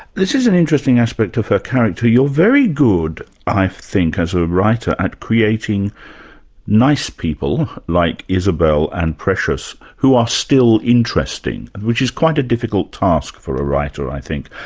this is an interesting aspect of her character. you're very good i think as a writer at creating nice people like isabel and precious who are still interesting, which is quite a difficult task for a writer i think.